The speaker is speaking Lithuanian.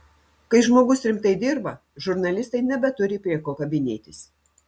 kai žmogus rimtai dirba žurnalistai nebeturi prie ko kabinėtis